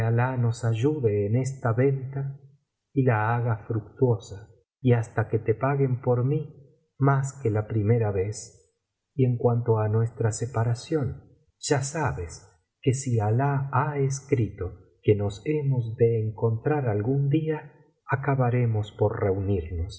nos ayude en esta venta y la haga fructuosa y hasta que te paguen por raí más que la primera vez y en cuanto á nuestra separación ya sabes que si alah ha escrito que nos hemos de encontrar algún día acabaremos por reunimos